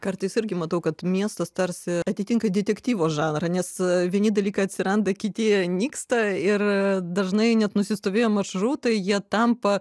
kartais irgi matau kad miestas tarsi atitinka detektyvo žanrą nes vieni dalykai atsiranda kiti nyksta ir dažnai net nusistovėjo maršrutai jie tampa